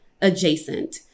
adjacent